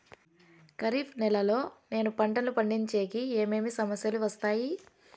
ఖరీఫ్ నెలలో నేను పంటలు పండించేకి ఏమేమి సమస్యలు వస్తాయి?